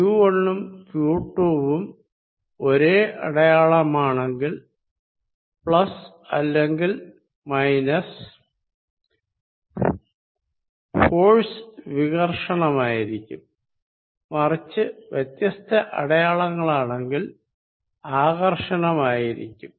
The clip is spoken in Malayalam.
q1 ഉം q2 വും ഒരേ അടയാളമാണെങ്കിൽ അല്ലെങ്കിൽ ഫോഴ്സ് വികർഷണമായിരിക്കും മറിച് വ്യത്യസ്ത അടയാളങ്ങളാണെങ്കിൽ ആകർഷണമായിരിക്കും